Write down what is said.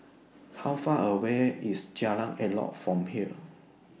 How Far away IS Jalan Elok from here